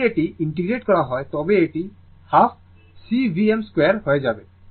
যদি এটি ইন্টিগ্রেট করা হয় তবে এটি হাফ C Vm2 হয়ে যাবে